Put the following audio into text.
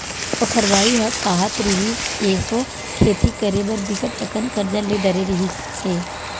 ओखर बाई ह काहत रिहिस, एसो खेती करे बर बिकट अकन करजा ले डरे रिहिस हे